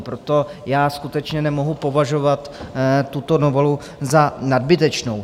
Proto skutečně nemohu považovat tuto novelu za nadbytečnou.